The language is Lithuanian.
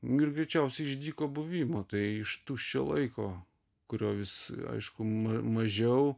greičiausiai iš dyko buvimo tai iš tuščio laiko kurio vis aišku ma mažiau